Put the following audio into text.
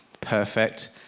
perfect